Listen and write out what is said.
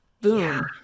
Boom